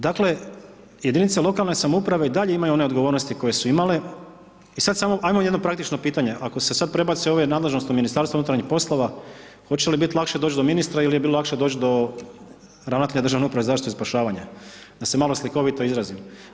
Dakle, jedinice lokalne samouprave i dalje imaju one odgovornosti koje su imale i sad samo ajmo jedno praktično pitanje, ako se sad prebace ove nadležnosti u MUP, hoće li biti lakše doći do ministra ili je bilo lakše doći do ravnatelja Državne uprave za zaštitu i spašavanje, da se malo slikovito izrazim.